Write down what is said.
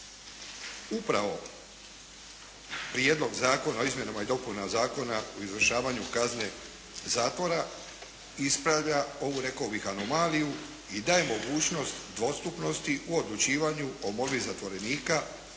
Upravo Prijedlog Zakona o izmjenama i dopunama Zakona o izvršavanju kazne zatvora ispravlja ovu rekao bih anomaliju i daje mogućnosti dvostupnosti u odlučivanju o molbi zatvorenika